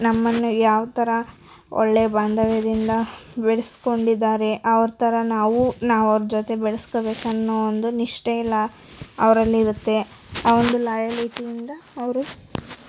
ನಮ್ಮನ್ನು ಯಾವ್ಥರ ಒಳ್ಳೆಯ ಬಾಂಧವ್ಯದಿಂದ ಬೆಳ್ಸ್ಕೊಂಡಿದ್ದಾರೆ ಅವ್ರ ಥರ ನಾವು ನಾವು ಅವ್ರ ಜೊತೆ ಬೆಳ್ಸ್ಕೊಬೇಕು ಅನ್ನೋ ಒಂದು ನಿಷ್ಠೆ ಎಲ್ಲಾ ಅವರಲ್ಲಿ ಇರುತ್ತೆ ಆ ಒಂದು ಲಾಯಾಲಿಟಿಯಿಂದ ಅವರು